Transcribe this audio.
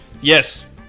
yes